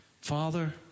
Father